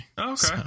Okay